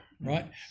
Right